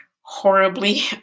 horribly